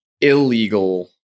illegal